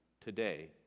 today